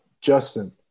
Justin